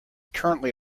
currently